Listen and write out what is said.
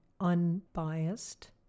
unbiased